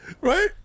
right